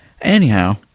Anyhow